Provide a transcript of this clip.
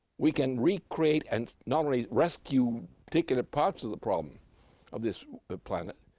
we can recreate and not only rescue particular parts of the problem of this but planet,